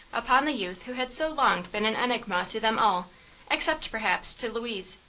upon the youth who had so long been an enigma to them all except, perhaps, to louise.